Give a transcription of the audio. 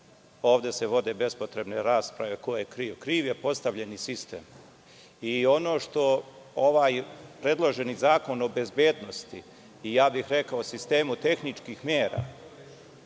ovde se vode bespotrebne rasprave - ko je kriv? Kriv je postavljeni sistem. Ono što ovaj predloženi zakon o bezbednosti, i ja bih rekao sistemu tehničkih mera